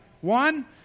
One